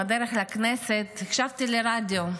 בדרך לכנסת הקשבתי לרדיו,